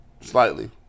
Slightly